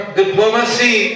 diplomacy